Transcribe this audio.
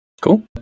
Cool